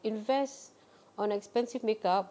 invest on expensive makeup